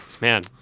Man